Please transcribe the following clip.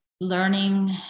learning